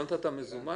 לא נתת מזומן,